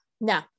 No